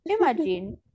Imagine